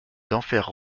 denfert